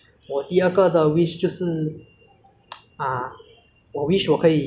因为我觉得我比较高会比较 ah 微风一点还有太还要